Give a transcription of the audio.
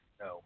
No